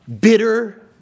bitter